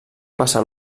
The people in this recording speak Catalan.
passar